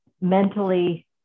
mentally